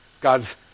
God's